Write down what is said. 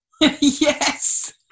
Yes